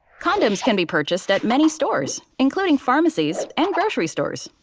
condoms can be purchased at many stores, including pharmacies and grocery stores.